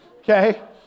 okay